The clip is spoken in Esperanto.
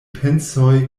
pensoj